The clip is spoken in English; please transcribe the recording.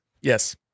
Yes